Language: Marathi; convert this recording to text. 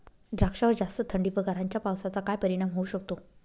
द्राक्षावर जास्त थंडी व गारांच्या पावसाचा काय परिणाम होऊ शकतो?